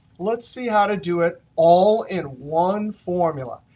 let's see how to do it all in one formula.